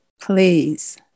please